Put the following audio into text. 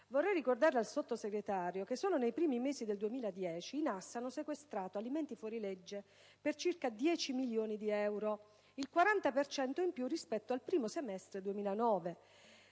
Vorrei ricordare alla Sottosegretario che, solo nei primi mesi del 2010, i NAS hanno sequestrato alimenti fuorilegge per circa 10 milioni di euro: il 40 per cento in più rispetto al primo semestre del 2009.